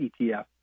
ETF